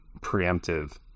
preemptive